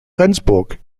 rendsburg